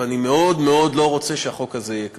ואני מאוד מאוד לא רוצה שהחוק הזה יהיה כזה.